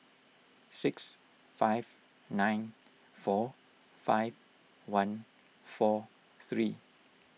six five nine four five one four three